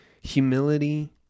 Humility